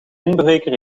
inbreker